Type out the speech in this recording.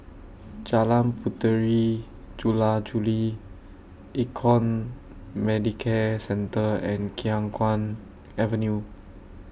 Jalan Puteri Jula Juli Econ Medicare Centre and Khiang Guan Avenue